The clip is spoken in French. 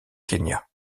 kenya